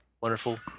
wonderful